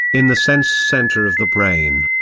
in the sense center of the brain.